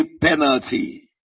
penalty